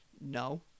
No